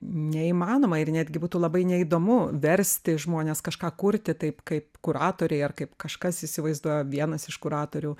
neįmanoma ir netgi būtų labai neįdomu versti žmones kažką kurti taip kaip kuratoriai ar kaip kažkas įsivaizduoja vienas iš kuratorių